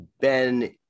ben